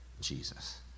Jesus